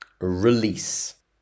release